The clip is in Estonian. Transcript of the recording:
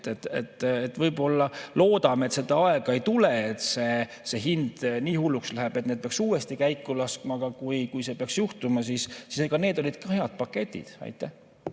tõsta. Loodame, et seda aega ei tule, et see hind nii hulluks läheb, et need peaks uuesti käiku laskma. Aga kui see peaks juhtuma, siis need olid ka head paketid. See